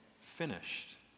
finished